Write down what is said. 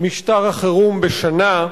משטר החירום בשנה.